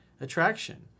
attraction